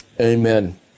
amen